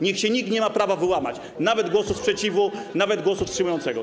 Niech się nikt nie ma prawa wyłamać, żadnego głosu sprzeciwu, a nawet głosu wstrzymującego.